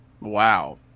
Wow